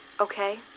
okay